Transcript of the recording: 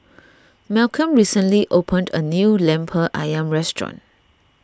Malcolm recently opened a new Lemper Ayam restaurant